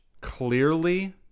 clearly